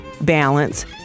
balance